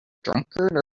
drunkard